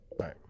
right